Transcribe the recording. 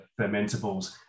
fermentables